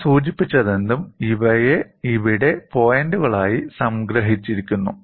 ഞാൻ സൂചിപ്പിച്ചതെന്തും ഇവയെ ഇവിടെ പോയിന്റുകളായി സംഗ്രഹിച്ചിരിക്കുന്നു